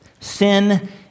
Sin